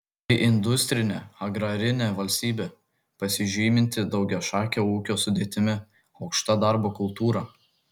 tai industrinė agrarinė valstybė pasižyminti daugiašake ūkio sudėtimi aukšta darbo kultūra